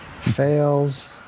Fails